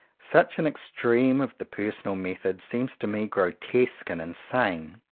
such an extreme of the personal method seems to me grotesque and insane.